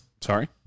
Sorry